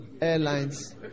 Airlines